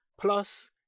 Plus